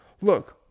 look